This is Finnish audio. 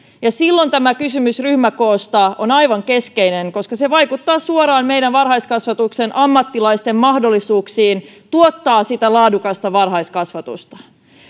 ja silloin tämä kysymys ryhmäkoosta on aivan keskeinen koska se vaikuttaa suoraan meidän varhaiskasvatuksen ammattilaisten mahdollisuuksiin tuottaa sitä laadukasta varhaiskasvatusta